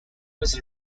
was